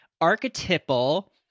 archetypal